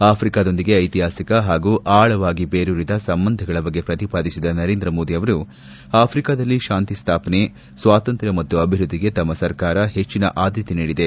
ಆಫ್ರಿಕಾದೊಂದಿಗೆ ಐತಿಹಾಸಿಕ ಹಾಗೂ ಆಳವಾಗಿ ಬೇರೂರಿದ ಸಂಬಂಧಗಳ ಬಗ್ಗೆ ಪ್ರತಿಪಾದಿಸಿದ ನರೇಂದ್ರ ಮೋದಿ ಅವರು ಆಫ್ರಿಕಾದಲ್ಲಿ ಶಾಂತಿ ಸ್ಥಾಪನೆ ಸ್ವಾತಂತ್ರ್ಯ ಮತ್ತು ಅಭಿವೃದ್ದಿಗೆ ತಮ್ಮ ಸರ್ಕಾರ ಹೆಚ್ಚನ ಆದ್ದತೆ ನೀಡಿದೆ